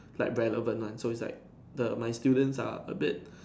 is like relevant one so is like the my students are a bit